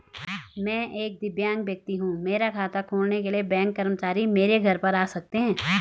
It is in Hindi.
मैं एक दिव्यांग व्यक्ति हूँ मेरा खाता खोलने के लिए बैंक कर्मचारी मेरे घर पर आ सकते हैं?